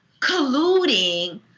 colluding